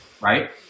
Right